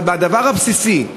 אבל בדבר הבסיסי,